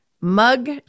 mug